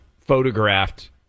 photographed